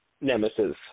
nemesis